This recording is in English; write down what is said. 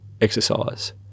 exercise